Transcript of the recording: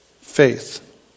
faith